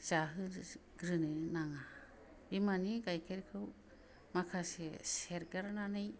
जाहो ग्रोनो नाङा बिमानि गाइखेरखौ माखासे सेरगारनानै